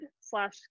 slash